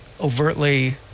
overtly